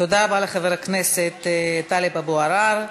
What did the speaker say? תודה רבה לחבר הכנסת טלב אבו עראר.